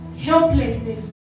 helplessness